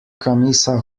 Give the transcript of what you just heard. camisa